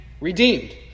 redeemed